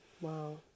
Wow